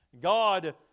God